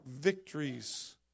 victories